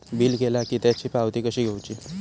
Bill केला की त्याची पावती कशी घेऊची?